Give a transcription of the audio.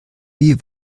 wie